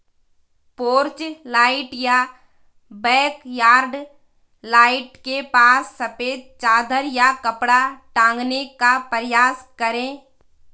porch light या backyard light के पास सफेद चादर या कपड़ा टांगने का प्रयास करें